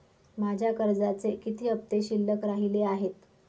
माझ्या कर्जाचे किती हफ्ते शिल्लक राहिले आहेत?